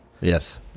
yes